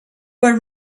were